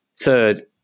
Third